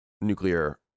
nuclear